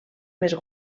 més